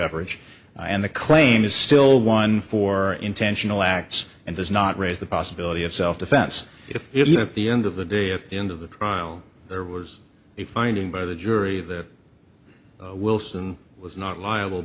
coverage and the claim is still one for intentional acts and does not raise the possibility of self defense if the end of the day at the end of the trial there was a finding by the jury that wilson was not liable